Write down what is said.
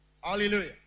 Hallelujah